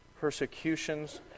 persecutions